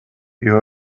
you